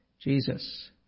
Jesus